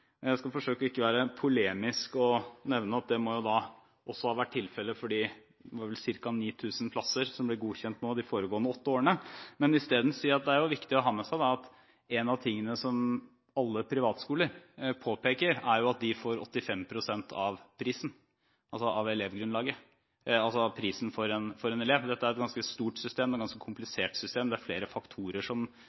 Jeg skal forsøke ikke å være polemisk og nevne at det må jo også ha vært tilfellet for de ca. 9 000 plassene som ble godkjent de åtte foregående årene, men isteden si at det er viktig å ha med seg at en av de tingene som alle privatskoler påpeker, er at de får 85 pst. av kostnaden for en elev. Dette er et ganske stort og ganske komplisert system – det er flere faktorer som